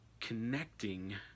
connecting